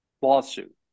lawsuit